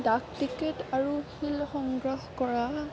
ডাক টিকেট আৰু শিল সংগ্ৰহ কৰা